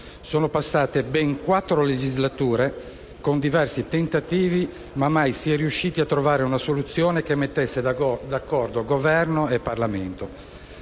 Sono passate ben quattro legislature con diversi tentativi, ma mai si era riusciti a trovare una soluzione che mettesse d'accordo Governo e Parlamento.